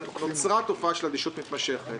אבל נוצרה תופעה של אדישות מתמשכת,